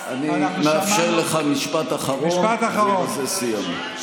אני מאפשר לך משפט אחרון ובזה סיימנו.